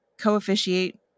co-officiate